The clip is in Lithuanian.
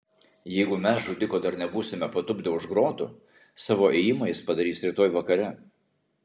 jeigu mes žudiko dar nebūsime patupdę už grotų savo ėjimą jis padarys rytoj vakare